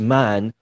man